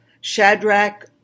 Shadrach